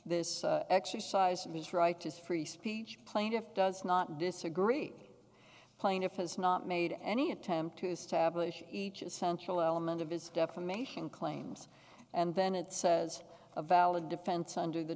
this exercise and his right to free speech plaintiff does not disagree plaintiff has not made any attempt to establish each essential element of his defamation claims and then it says a valid defense under the